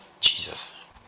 Jesus